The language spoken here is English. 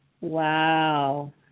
Wow